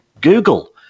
Google